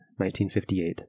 1958